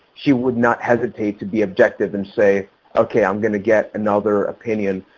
she would not hesitate to be objective and say okay i'm going to get another opinion.